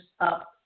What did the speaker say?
up